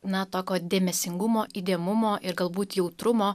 na tokio dėmesingumo įdėmumo ir galbūt jautrumo